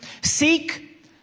Seek